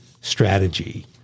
strategy